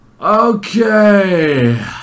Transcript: Okay